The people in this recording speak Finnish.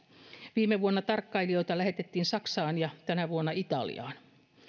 viime vuonna tarkkailijoita lähetettiin saksaan ja tänä vuonna italiaan